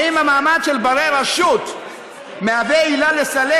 האם המעמד של בני-רשות מהווה עילה לסלק